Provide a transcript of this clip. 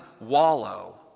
wallow